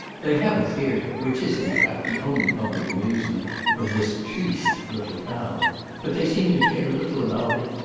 they have a theatre, which is, in fact, the only public amusement of this triste little town but they seem to care little about it,